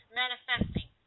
manifesting